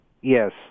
Yes